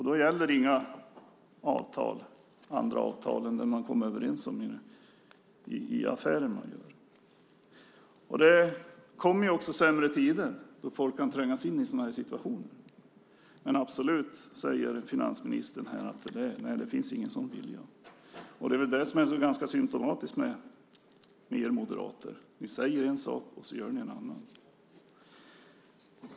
Då gäller inga andra avtal än de man har kommit överens om i den affär man gör. Det kommer sämre tider då folk kan trängas in i sådana situationer. Men finansministern säger att det absolut inte finns någon sådan vilja. Det är det som är symtomatiskt med er moderater, det vill säga ni säger en sak men gör en annan.